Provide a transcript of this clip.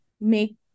make